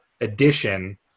edition